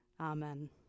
amen